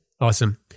Awesome